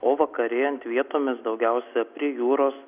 o vakarėjant vietomis daugiausiai prie jūros